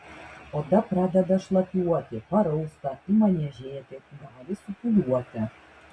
oda pradeda šlapiuoti parausta ima niežėti gali supūliuoti